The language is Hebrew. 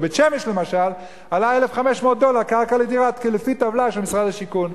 בבית-שמש למשל עלתה 1,500 דולר קרקע לדירה לפי טבלה של משרד השיכון.